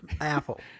Apple